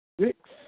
six